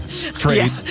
trade